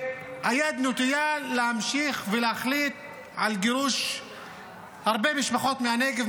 והיד נטויה להמשיך ולהחליט על גירוש הרבה משפחות מהנגב,